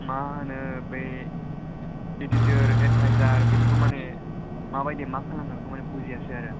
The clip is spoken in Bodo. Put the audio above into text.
मा होनो बे इडिटर एडबाइजार बिदांखौ माने माबादि मा खालामनो बेखौ बुजियासै आरो